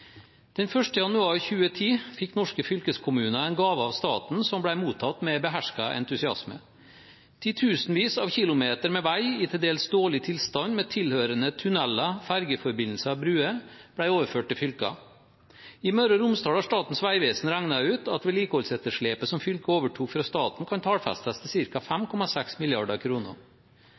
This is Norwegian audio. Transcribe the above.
1. januar 2010 fikk norske fylkeskommuner en gave av staten som ble mottatt med behersket entusiasme. Titusenvis av kilometer med veg i til dels dårlig tilstand, med tilhørende tunneler, fergeforbindelser og bruer, ble overført til fylkene. I Møre og Romsdal har Statens vegvesen regnet ut at vedlikeholdsetterslepet som fylket overtok fra staten, kan tallfestes til ca. 5,6